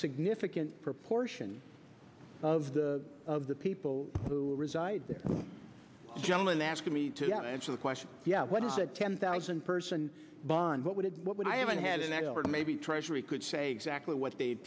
significant proportion of the of the people who reside there gentleman asked me to not answer the question yet what is the ten thousand person buying what would it what would i haven't had an echo or maybe treasury could say exactly what they